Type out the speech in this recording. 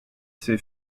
ces